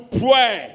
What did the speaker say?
pray